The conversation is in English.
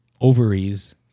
ovaries